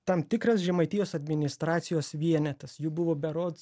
tam tikras žemaitijos administracijos vienetas jų buvo berods